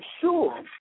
sure